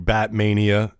Batmania